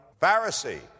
Pharisee